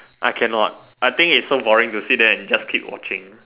I cannot I think it's so boring to sit there and just keep watching